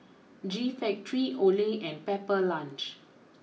G Factory Olay and Pepper Lunch